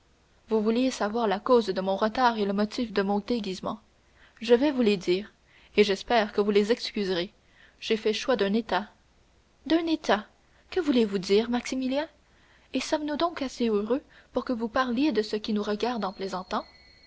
vous vouliez savoir la cause de mon retard et le motif de mon déguisement je vais vous les dire et j'espère que vous les excuserez j'ai fait choix d'un état d'un état que voulez-vous dire maximilien et sommes-nous donc assez heureux pour que vous parliez de ce qui nous regarde en plaisantant